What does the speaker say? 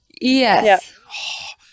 Yes